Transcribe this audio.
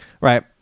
Right